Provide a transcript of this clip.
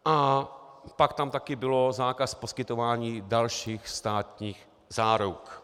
A pak tam taky byl zákaz poskytování dalších státních záruk.